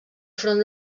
front